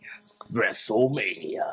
Wrestlemania